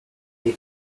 tree